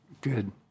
good